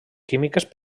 químiques